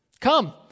Come